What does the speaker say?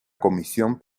comisión